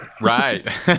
right